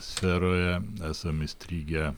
sferoje esame įstrigę